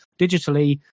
digitally